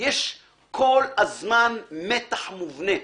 יש כל הזמן מתח מובנה.